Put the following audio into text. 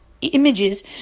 images